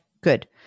Good